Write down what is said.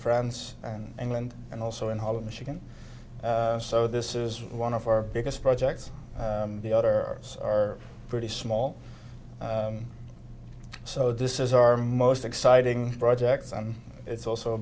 france and england and also in holland michigan so this is one of our biggest projects the other hours are pretty small so this is our most exciting projects and it's also